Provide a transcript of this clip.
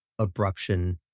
abruption